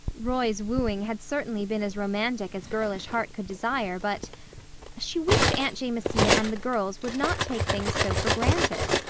roy's wooing had certainly been as romantic as girlish heart could desire, but she wished aunt jamesina and the girls would not take things so for granted.